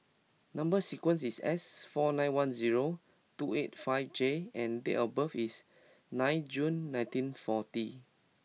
number sequence is S four nine one zero two eight five J and date of birth is nine June nineteen forty